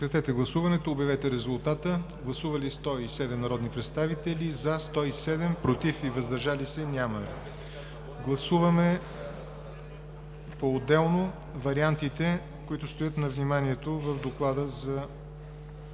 разделно гласуване на текста. Гласували 107 народни представители: за 107, против и въздържали се няма. Гласуваме поотделно вариантите, които стоят на вниманието в Доклада за